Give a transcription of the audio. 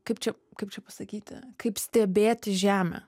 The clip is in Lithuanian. kaip čia kaip čia pasakyti kaip stebėti žemę